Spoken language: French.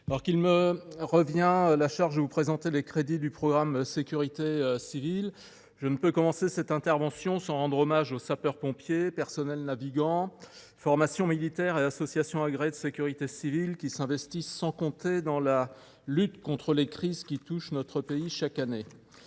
alors qu’il me revient de vous présenter les crédits du programme 161 « Sécurité civile », je ne peux commencer sans rendre hommage aux sapeurs pompiers, personnels navigants, formations militaires et associations agréées de sécurité civile, qui s’investissent sans compter dans la lutte contre les crises touchant notre pays chaque année.